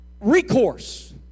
recourse